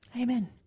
Amen